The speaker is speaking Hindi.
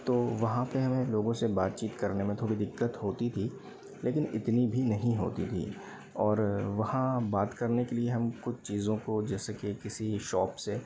तो वहाँ पे हमें लोगों से बातचीत करने मे थोड़ी दिक्कत होती थी लेकिन इतनी भी नहीं होती थी और वहाँ बात करने के लिए हम कुछ चीज़ो को जैसे कि किसी शॉप से